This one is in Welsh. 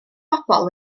bobl